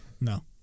No